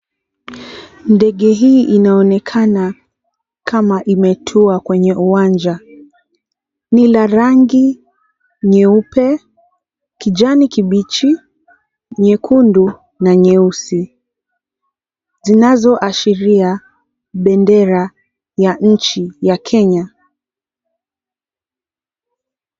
Ndege hii inaonekana kama imetua kwenye uwanja. Ni la rangi nyeupe, kijani kibichi, nyekundu na nyeusi. Zinazoashiria bendera ya nchi ya Kenya.